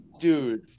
Dude